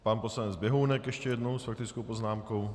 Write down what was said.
Pan poslanec Běhounek ještě jednou s faktickou poznámkou.